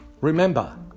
remember